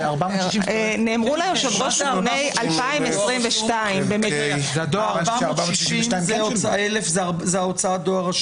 נאמרו ליושב-ראש נתוני 2022. (קריאות) 1,000 זה הוצאת דואר רשום?